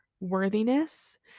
worthiness